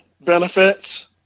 benefits